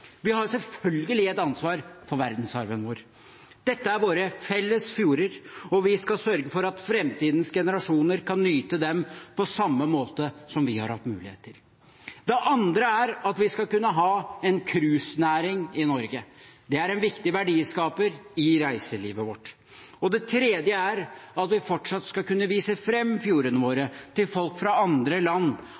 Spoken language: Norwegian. Vi har selvfølgelig et ansvar for verdensarven vår. Dette er våre felles fjorder, og vi skal sørge for at framtidens generasjoner kan nyte dem på samme måte som vi har hatt mulighet til. Det andre er at vi skal kunne ha en cruisenæring i Norge. Det er en viktig verdiskaper i reiselivet vårt. Det tredje er at vi fortsatt skal kunne vise fram fjordene våre til folk fra andre land.